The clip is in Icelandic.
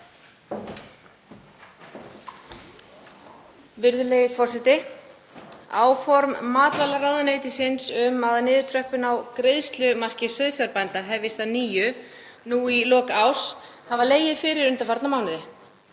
Virðulegi forseti. Áform matvælaráðuneytisins um að niðurtröppun á greiðslumarki sauðfjárbænda hefjist að nýju nú í lok árs hafa legið fyrir undanfarna mánuði.